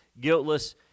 guiltless